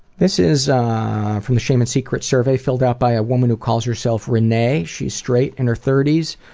this is from the shame and secrets survey, filled out by a woman who calls herself renee. she is straight, in her thirties,